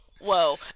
Whoa